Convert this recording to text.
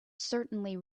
certainly